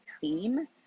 theme